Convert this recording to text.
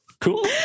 Cool